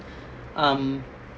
um